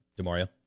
Demario